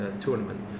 tournament